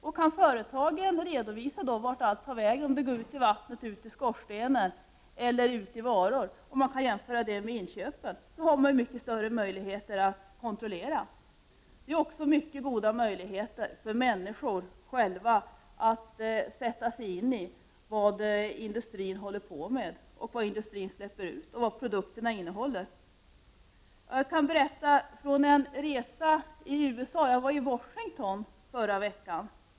Kan då företagen redovisa vart allt tar vägen — går ut i vatten, skorstenar eller i varor — och då har man redan vid inköpet större möjligheter att kontrollera. Det ger också goda möjligheter för konsumenterna själva att sätta sig in i vad industrin håller på med och vad industrin släpper ut samt vad produkterna innehåller. Jag kan berätta från en resa till Washington i USA förra veckan.